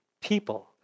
people